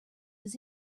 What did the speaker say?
his